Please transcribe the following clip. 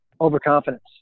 overconfidence